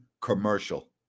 commercial